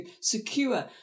secure